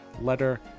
letter